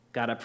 God